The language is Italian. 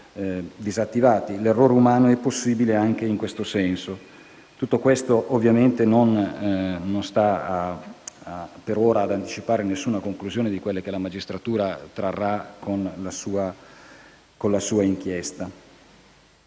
l'errore umano è possibile anche in questo senso. Tutto questo, ovviamente, non intende anticipare alcuna delle conclusioni che la magistratura trarrà con la sua inchiesta.